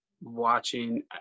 watching